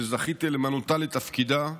שזכיתי למנותה לתפקידה,